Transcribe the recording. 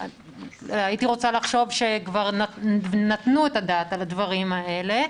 הייתי רוצה לחשוב שכבר נתנו את הדעת על הדברים האלה.